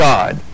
God